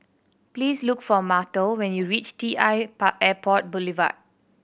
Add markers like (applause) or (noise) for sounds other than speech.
please look for Myrtle when you reach T I (unintelligible) Airport Boulevard